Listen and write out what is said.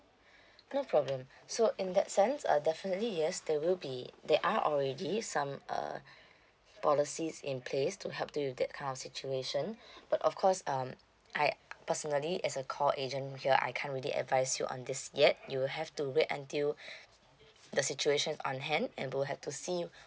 no problem so in that sense uh definitely yes there will be there are already some uh policies in place to help deal with that kind of situation but of course um I personally as a call agent here I can't really advise you on this yet you'll have to wait until the situation on hand and we'll have to see